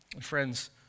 Friends